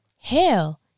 Hell